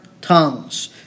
tongues